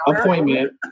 appointment